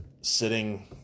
sitting